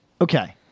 Okay